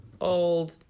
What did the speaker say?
old